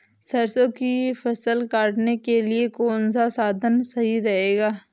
सरसो की फसल काटने के लिए कौन सा साधन सही रहेगा?